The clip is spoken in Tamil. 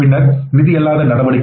பின்னர் நிதி அல்லாத நடவடிக்கைகள்